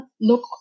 look